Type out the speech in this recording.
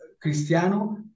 Cristiano